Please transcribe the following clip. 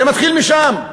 זה מתחיל משם.